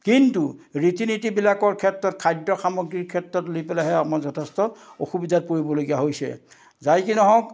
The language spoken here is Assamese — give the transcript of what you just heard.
কিন্তু ৰীতি নীতিবিলাকৰ ক্ষেত্ৰত খাদ্য সামগ্ৰীৰ ক্ষেত্ৰত লৈ পেলাইহে আমাৰ যথেষ্ট অসুবিধাত পৰিবলগীয়া হৈছে যাইকি নহওক